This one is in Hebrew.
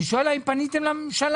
אני שואל אם פניתם לממשלה,